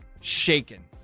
shaken